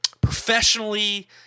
professionally